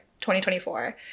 2024